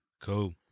Cool